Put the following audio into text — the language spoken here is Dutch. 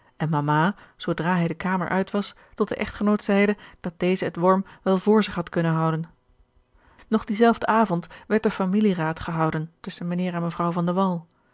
en mama zoodra hij de kamer uit was tot den echtgenoot zeide dat deze het wurm wel voor zich had kunnen houden nog dienzelfden avond werd de familieraad gehouden tusschen mijnheer en mevrouw